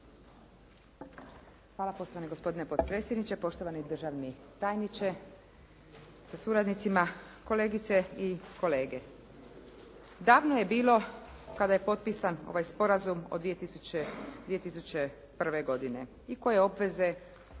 Hvala poštovani gospodine potpredsjedniče. Poštovani državni tajniče sa suradnicima, kolegice i kolege. Davno je bilo kada je potpisan ovaj sporazum od 2001. godine i koje obveze